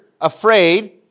afraid